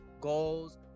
goals